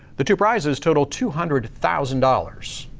the two prizes total two hundred thousand dollars.